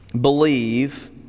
believe